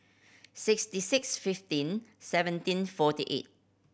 sixty six fifteen seventeen forty eight